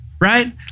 right